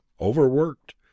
overworked